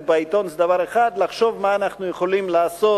בעיתון זה דבר אחד ולחשוב מה אנחנו יכולים לעשות